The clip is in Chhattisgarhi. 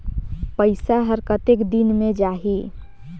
पइसा हर कतेक दिन मे जाही?